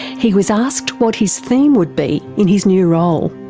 he was asked what his theme would be in his new role.